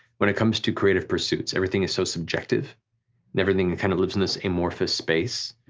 when it comes to creative pursuits everything is so subjective, and everything kind of lives in this amorphous space,